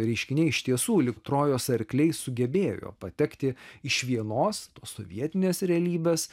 reiškiniai iš tiesų lyg trojos arkliai sugebėjo patekti iš vienos posovietinės realybės